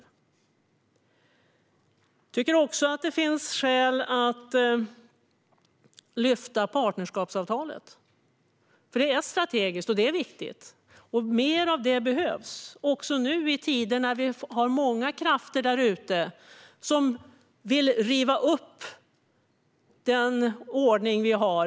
Jag tycker också att det finns skäl att lyfta partnerskapsavtalet. Det är strategiskt och viktigt. Mer av sådant behövs också nu i tider när det är många krafter som vill riva upp den ordning som vi har.